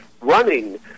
running